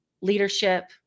leadership